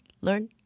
learn